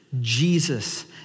Jesus